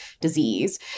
disease